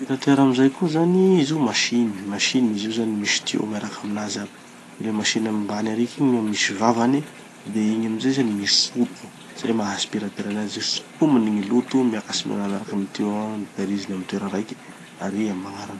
Gn'aspirateur amizay koa zany, izy io masiny, masiny izy io zany misy tuyau miaraky aminazy aby. De masiny ambany ariky igny misy vavany de igny amizay zany misoto. Zay maha aspirateur anazy. Sotominy gny loto miakatsy megna miaraky amy tuyau igny agny, tahiriziny amy toera raiky, aria amy magnaraky.